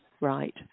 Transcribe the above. right